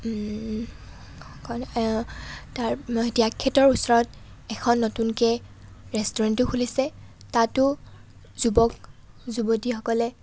তাৰ ত্যাগক্ষেত্ৰৰ ওচৰত এখন নতুনকৈ ৰেষ্টুৰেণ্টো খুলিছে তাতো যুৱক যুৱতীসকলে